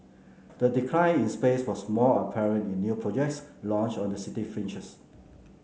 the decline in space was most apparent in new projects launched on the city fringes